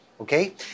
okay